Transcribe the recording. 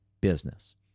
business